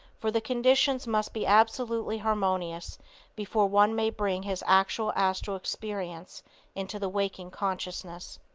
for the conditions must be absolutely harmonious before one may bring his actual astral experience into the waking consciousness.